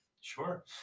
Sure